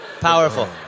Powerful